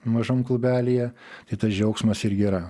mažam kubelyje tai tas džiaugsmas irgi yra